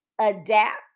adapt